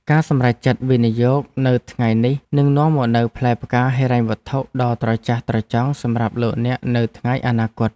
ការសម្រេចចិត្តវិនិយោគនៅថ្ងៃនេះនឹងនាំមកនូវផ្លែផ្កាហិរញ្ញវត្ថុដ៏ត្រចះត្រចង់សម្រាប់លោកអ្នកនៅថ្ងៃអនាគត។